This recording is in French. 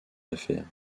affaires